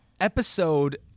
episode